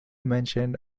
mentioned